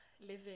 living